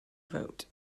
vote